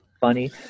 funny